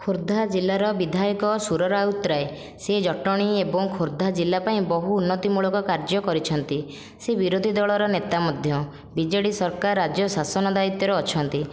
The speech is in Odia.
ଖୋର୍ଦ୍ଧା ଜିଲ୍ଲାର ବିଧାୟକ ସୁର ରାଉତରାୟ ସେ ଜଟଣୀ ଏବଂ ଖୋର୍ଦ୍ଧା ଜିଲ୍ଲା ପାଇଁ ବହୁ ଉନ୍ନତି ମୂଳକ କାର୍ଯ୍ୟ କରିଛନ୍ତି ସେ ବିରୋଧୀ ଦଳର ନେତା ମଧ୍ୟ ବିଜେଡ଼ି ସରକାର ରାଜ୍ୟ ଶାସନ ଦାୟିତ୍ଵରେ ଅଛନ୍ତି